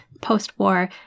post-war